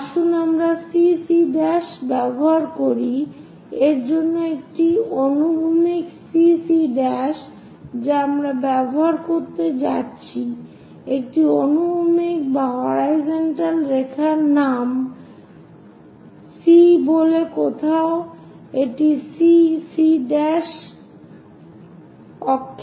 আসুন আমরা CC' ব্যবহার করি এর জন্য একটি অনুভূমিক CC' যা আমরা ব্যবহার করতে যাচ্ছি একটি অনুভূমিক রেখার নাম C বলে কোথাও এটি C' অক্ষে যায়